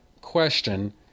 question